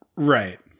Right